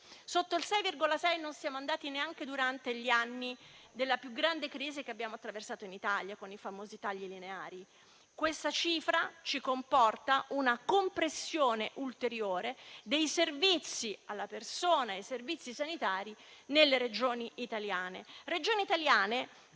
Sotto il 6,6 per cento non siamo andati neanche durante gli anni della più grande crisi che abbiamo attraversato in Italia, con i famosi tagli lineari. Questa cifra comporta una compressione ulteriore dei servizi sanitari e alla persona nelle Regioni italiane che, oltre